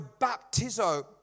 baptizo